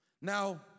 Now